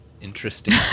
Interesting